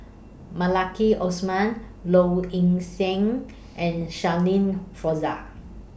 Maliki Osman Low Ing Sing and Shirin Fozdar